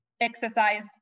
exercise